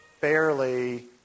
fairly